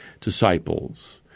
disciples